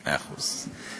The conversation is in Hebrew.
מאה אחוז.